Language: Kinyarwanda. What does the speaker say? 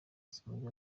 asanzwe